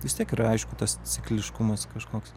vis tiek yra aišku tas cikliškumas kažkoks